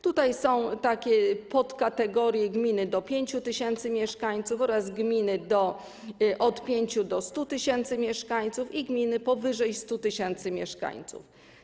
Tutaj są takie podkategorie: gminy do 5 tys. mieszkańców, gminy od 5 tys. do 100 tys. mieszkańców i gminy powyżej 100 tys. mieszkańców.